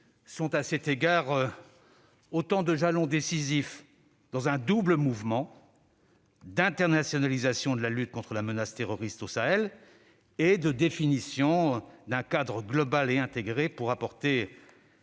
sont autant de jalons décisifs dans un double mouvement d'internationalisation de la lutte contre la menace terroriste au Sahel et de définition d'un cadre global et intégré pour apporter